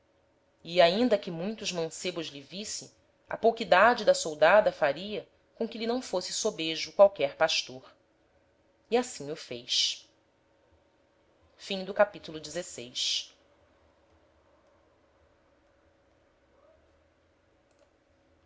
e ainda que muitos mancebos lhe visse a pouquidade da soldada faria com que lhe não fosse sobejo qualquer pastor e assim o fez capitulo